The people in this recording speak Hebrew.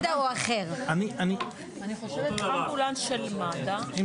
מד"א ולהשאיר אמבולנס או אמבולנס של מד"א או אחר.